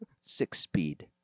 Six-speed